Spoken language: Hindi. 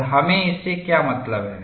और हमें इससे क्या मतलब है